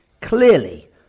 Clearly